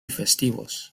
festivos